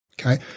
Okay